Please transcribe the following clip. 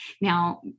Now